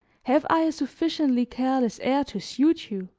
have i a sufficiently careless air to suit you?